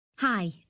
Hi